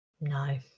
no